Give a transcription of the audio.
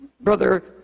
Brother